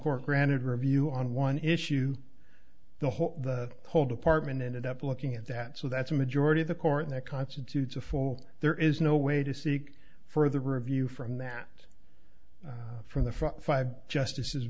court granted review on one issue the whole the whole department ended up looking at that so that's a majority of the court that constitutes a full there is no way to seek further review from that from the four five justice